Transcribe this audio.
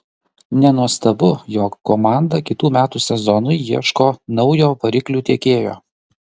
nenuostabu jog komanda kitų metų sezonui ieško naujo variklių tiekėjo